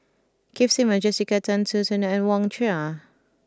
Keith Simmons Jessica Tan Soon Neo and Wang Sha